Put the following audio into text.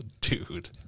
dude